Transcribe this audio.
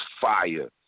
fire